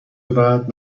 بعد